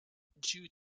due